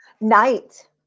Night